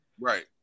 Right